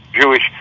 Jewish